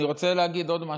אני רוצה להגיד עוד משהו: